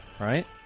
Right